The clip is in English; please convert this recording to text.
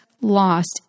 lost